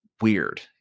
weird